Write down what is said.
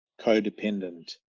codependent